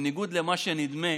בניגוד למה שנדמה,